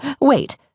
wait